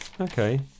Okay